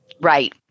Right